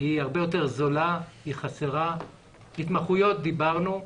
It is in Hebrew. על התמחויות דיברנו.